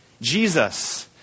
jesus